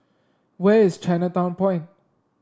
where is Chinatown Point